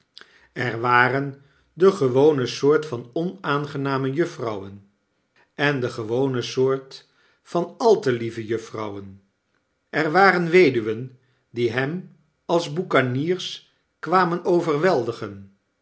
er waren de gewone soort van onaangename juffrouwen en de gewone soort van al te lieve juffrouwen er waren weduwen die hem als boekaniers kwamen overweldigen